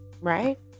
right